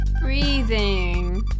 Breathing